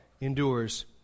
endures